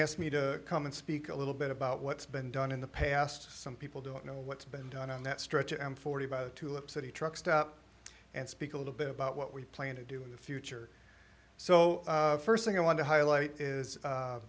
asked me to come and speak a little bit about what's been done in the past some people don't know what's been done on that stretch and forty to up city truck stop and speak a little bit about what we plan to do in the future so first thing i want to highlight is